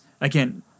again